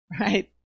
Right